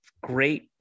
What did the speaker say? great